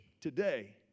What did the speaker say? today